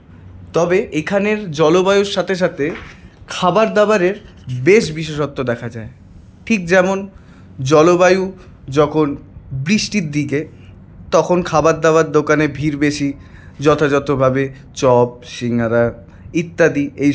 তবে এখানের জলবায়ু সাথে সাথে খাবারদাবারে বেশ বিশেষত্ব দেখা যায় ঠিক যেমন জলবায়ু যখন বৃষ্টির দিকে তখন খাবার দাবার দোকানের ভিড় বেশি যথাযথ ভাবে চপ সিঙ্গারা ইত্যাদি এসব